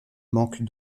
manque